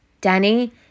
Danny